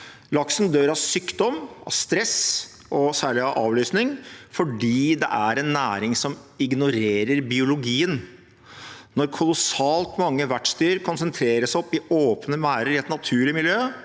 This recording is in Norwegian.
Laksen dør av sykdom, av stress og særlig av avlusing, fordi det er en næring som ignorerer biologien. Når kolossalt mange vertsdyr konsentreres opp i åpne merder i et naturlig miljø,